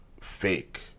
fake